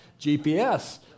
GPS